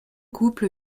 couple